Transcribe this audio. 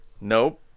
nope